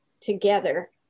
together